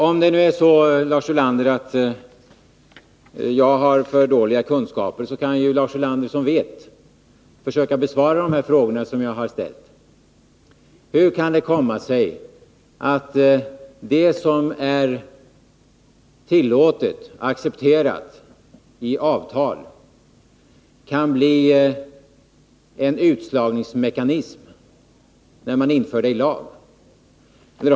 Om det nu är så, Lars Ulander, att jag har för dåliga kunskaper, kan då Lars Ulander — som vet — försöka besvara de frågor som jag har ställt? Hur kan det komma sig att det som är tillåtet och accepterat i avtal kan bli en utslagningsmekanism när man inför det i lag?